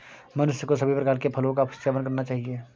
मनुष्य को सभी प्रकार के फलों का सेवन करना चाहिए